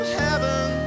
heaven